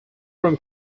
room